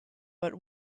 but